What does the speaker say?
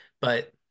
but-